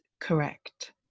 correct